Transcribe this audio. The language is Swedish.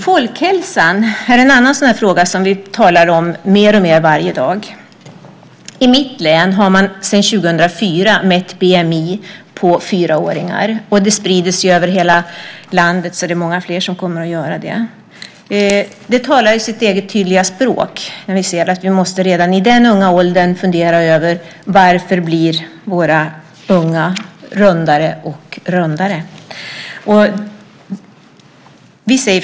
Folkhälsan är en annan fråga vi talar om mer och mer varje dag. I mitt län har man sedan 2004 mätt BMI på fyraåringar. Det sprider sig över hela landet. Det är många fler som kommer att göra det. Det talar sitt eget tydliga språk när vi ser att vi måste fundera över varför våra unga blir rundare och rundare redan i den åldern.